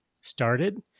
started